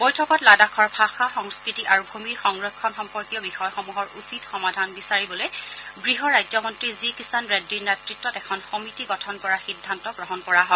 বৈঠকত লাডাখৰ ভাষা সংস্কৃতি আৰু ভূমিৰ সংৰক্ষণ সম্পৰ্কীয় বিষয়সমূহৰ উচিত সমাধান বিচাৰিবলৈ গৃহ ৰাজ্যমন্ত্ৰী জি কিশান ৰেড্ডীৰ নেতৃতত এখন সমিতি গঠন কৰাৰ সিদ্ধান্ত গ্ৰহণ কৰা হয়